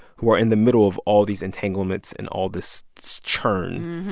who are in the middle of all these entanglements and all this churn.